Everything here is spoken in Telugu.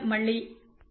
xxxxyyzzr5mxxr3 3m